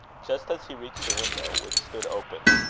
just as he reached the window, which stood open,